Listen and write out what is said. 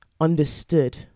understood